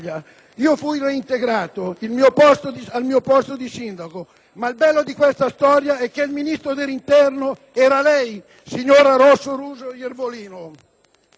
io fui reintegrato al mio posto di sindaco, ma il bello di questa storia è che il Ministro dell'interno era lei, signora Rosa Russo Iervolino.